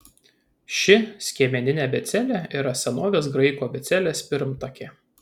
ši skiemeninė abėcėlė yra senovės graikų abėcėlės pirmtakė